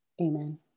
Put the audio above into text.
Amen